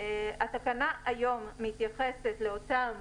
התקנה היום מתייחסת לאותם